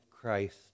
Christ